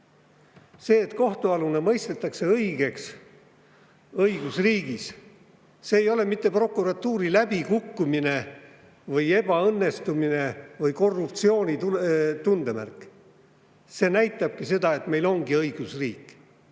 See, et kohtualune mõistetakse õigusriigis õigeks, ei ole mitte prokuratuuri läbikukkumine või ebaõnnestumine või korruptsiooni tundemärk, vaid see näitab, et meil ongi õigusriik.